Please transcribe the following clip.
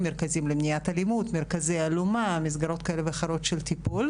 התוכנית הלאומית תגברה את המרכזים לטיפול